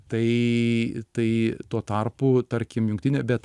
tai tai tuo tarpu tarkim jungtinė bet